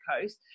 coast